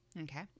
Okay